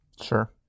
Sure